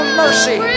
mercy